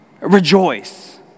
Rejoice